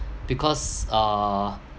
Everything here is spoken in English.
because uh